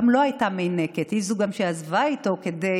גם לו הייתה מינקת, והיא גם זו שעזבה איתו כדי